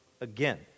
again